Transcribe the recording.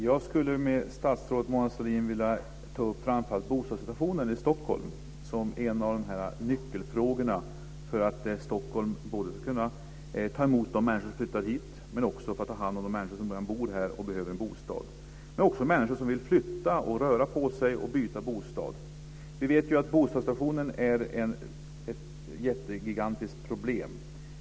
Fru talman! Jag skulle vilja ta upp frågan om bostadssituationen i Stockholm med statsrådet Mona Sahlin. Det är en av nyckelfrågorna för att Stockholm ska kunna ta emot de människor som flyttar hit och ta hand om de människor som redan finns här och behöver en bostad, men också för att kunna ta hand om de människor som vill flytta och röra på sig och byta bostad. Bostadssituationen är ett gigantiskt problem.